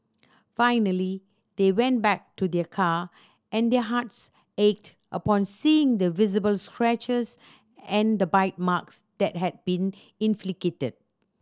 finally they went back to their car and their hearts ached upon seeing the visible scratches and the bite marks that had been inflicted